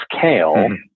kale